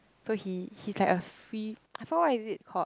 so he he's like a free I forgot what is it called